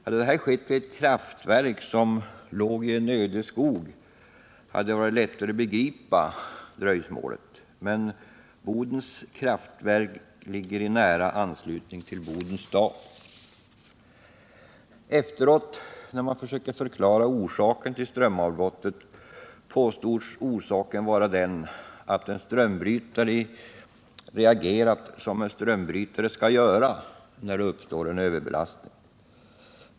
Hade detta skett vid ett kraftverk som låg i en öde skog hade det — sårbarhet när det varit lättare att begripa dröjsmålet. Men Bodens kraftverk ligger i nära = gäller energiförsörjanslutning till Bodens stad. ningen Efteråt när man försökte förklara orsaken till strömavbrottet, påstods den vara att en strömbrytare hade reagerat som en strömbrytare skall göra när det uppstår överbelastning.